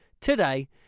today